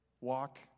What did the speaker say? walk